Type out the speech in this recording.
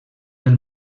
del